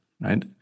right